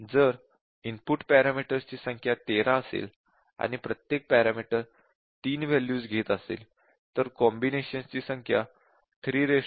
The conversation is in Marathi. जर इनपुट पॅरामीटर्स ची संख्या 13 असेल आणि प्रत्येक पॅरामीटर 3 वॅल्यूज घेत असेल तर कॉम्बिनेशन्स ची संख्या 313 1